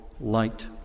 light